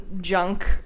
junk